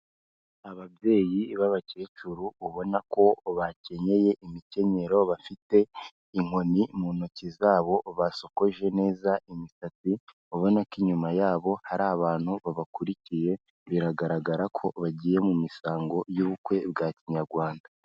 Ababyeyi b'abakecuru ubona ko bakenyeye imikenyero, bafite inkoni mu ntoki zabo, basokoje neza imisatsi, ubona ko inyuma yabo hari abantu babakurikiye, biragaragara ko bagiye mu misango y'ubukwe bwa kinyarwanda.